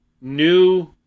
new